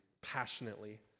passionately